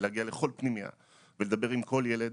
להגיע לכל פנימייה ולדבר עם כל ילד,